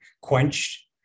quenched